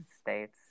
states